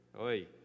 oi